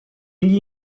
gli